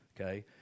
okay